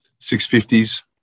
650s